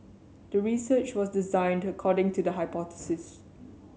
the research was designed according to the hypothesis